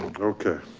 ah okay.